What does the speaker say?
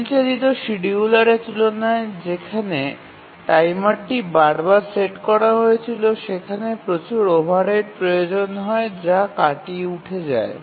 table চালিত শিডিয়ুলারের তুলনায় যেখানে টাইমারটি বারবার সেট করা হয়েছিল সেখানে প্রচুর ওভারহেডের প্রয়োজন হয় যা কাটিয়ে উঠে যায়